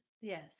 Yes